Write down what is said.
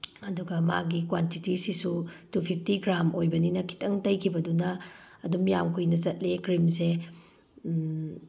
ꯑꯗꯨꯒ ꯃꯥꯒꯤ ꯀ꯭ꯋꯥꯟꯇꯤꯇꯤꯁꯤꯁꯨ ꯇꯨ ꯐꯤꯐꯇꯤ ꯒ꯭ꯔꯥꯝ ꯑꯣꯏꯕꯅꯤꯅ ꯈꯤꯇꯪ ꯇꯩꯈꯤꯕꯗꯨꯅ ꯑꯗꯨꯝ ꯌꯥꯝ ꯀꯨꯏꯅ ꯆꯠꯂꯦ ꯀ꯭ꯔꯤꯝꯁꯦ